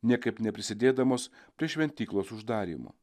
niekaip neprisidėdamos prie šventyklos uždarymo